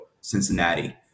Cincinnati